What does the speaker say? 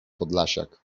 podlasiak